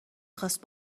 خواست